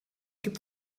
gibt